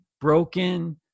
broken